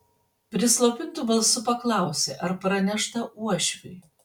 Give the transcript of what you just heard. prislopintu balsu paklausė ar pranešta uošviui